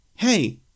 Hey